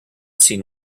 seen